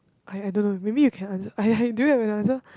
I I don't know maybe you can answer I I do you have an answer